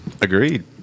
Agreed